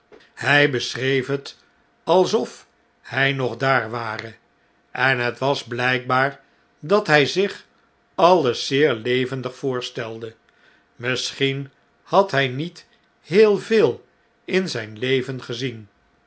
hjj beschreef het alsof hij nog daar ware en het was blijkbaar dat hij zich alles zeer levendig voorstelde misschien had hij niet heel veel in zijn leven gezien